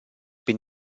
bin